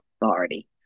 authority